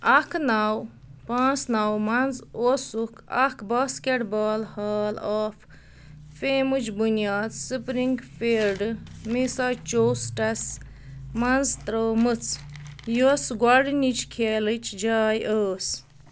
اَکھ نَو پانٛژھ نَو منٛز اوسُکھ اَکھ باسکٮ۪ٹ بال ہال آف فیمٕچ بُنیاد سٕپرِنٛگ فیٖلڈ میٖساچوسٹَس منٛز ترٛٲومٕژ یۄس گۄڈٕنِچ کھیلٕچ جاے ٲس